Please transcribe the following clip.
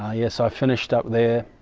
ah yes i finished up there